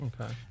Okay